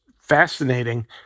fascinating